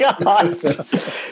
god